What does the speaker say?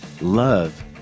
love